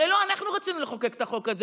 הרי לא אנחנו רצינו לחוקק את החוק הזה.